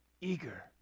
eager